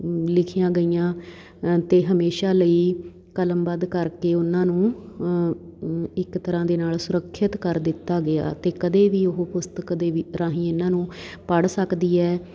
ਲਿਖੀਆਂ ਗਈਆਂ ਅਤੇ ਹਮੇਸ਼ਾ ਲਈ ਕਲਮਬੱਧ ਕਰਕੇ ਉਨ੍ਹਾਂ ਨੂੰ ਇੱਕ ਤਰ੍ਹਾਂ ਦੇ ਨਾਲ ਸੁਰੱਖਿਅਤ ਕਰ ਦਿੱਤਾ ਗਿਆ ਅਤੇ ਕਦੇ ਵੀ ਉਹ ਪੁਸਤਕ ਦੇ ਵਿੱ ਰਾਹੀਂ ਇਹਨਾਂ ਨੂੰ ਪੜ੍ਹ ਸਕਦੀ ਹੈ